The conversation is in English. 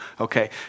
Okay